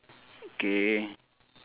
okay